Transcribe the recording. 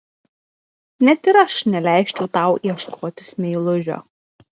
net ir aš neleisčiau tau ieškotis meilužio